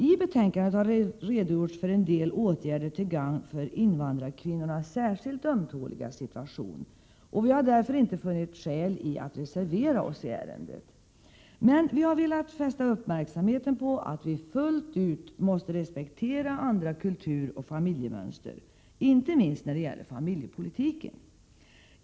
I betänkandet har redogjorts för en del åtgärder till gagn för invandrarkvinnornas särskilt ömtåliga situation, och vi har därför inte funnit skäl att reservera oss i ärendet. Vi har emellertid velat fästa uppmärksamheten på att vi fullt ut måste respektera andra kulturoch familjemönster, inte minst när det gäller familjepolitiken.